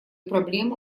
проблемы